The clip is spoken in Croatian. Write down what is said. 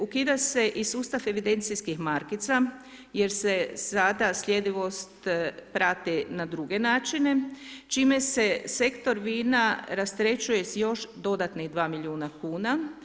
Ukida se i sustav evidencijskih markica jer se sada slijedivost prati na druge načine čime se sektor vina rasterećuje s još dodatnih 2 milijuna kuna.